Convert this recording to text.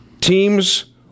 Teams